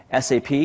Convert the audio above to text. SAP